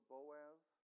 Boaz